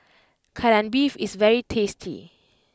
Kai Lan Beef is very tasty